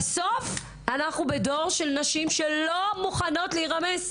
בסוף, אנחנו בדור של נשים שלא מוכנות להירמס.